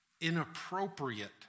inappropriate